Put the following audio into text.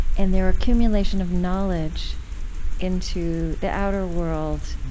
and their accumulation of knowledge into the outer world.